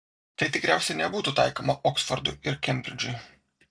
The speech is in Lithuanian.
tai tikriausiai nebūtų taikoma oksfordui ir kembridžui